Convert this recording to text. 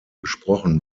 gesprochen